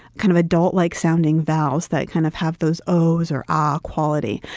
kind of adult-like sounding vowels that kind of have those ohs or ah quality.